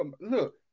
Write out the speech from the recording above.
Look